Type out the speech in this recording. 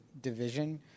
division